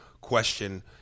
question